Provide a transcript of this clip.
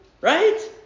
Right